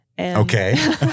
Okay